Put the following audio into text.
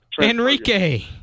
Enrique